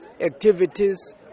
activities